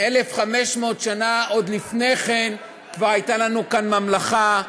1,500 שנה, עוד לפני כן כבר הייתה לנו כאן ממלכה,